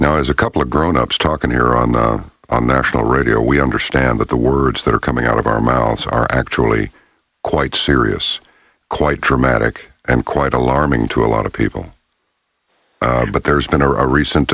now as a couple of grown ups talking here on the on the national radio we understand that the words that are coming out of our miles are actually quite serious quite dramatic and quite alarming to a lot of people but there's been a recent